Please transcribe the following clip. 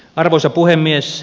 arvoisa puhemies